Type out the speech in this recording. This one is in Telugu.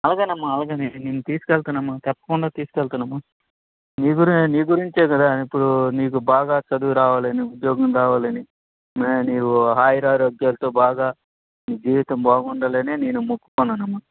అలగే అమ్మా అలాగే నిన్ను తీసుకెళ్తాను అమ్మా తప్పకుండా తీసుకెళ్తాను అమ్మా నీ గురే నీ గురించే కదా ఇప్పుడు నీకు బాగా చదువు రావాలి అని ఉద్యోగం రావాలి అని నీవు ఆయురారోగ్యాలతో బాగా నీ జీవితం బాగుండాలి అనే నేను మొక్కుకున్నాను అమ్మా